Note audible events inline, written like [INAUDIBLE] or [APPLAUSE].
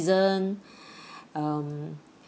season [BREATH] um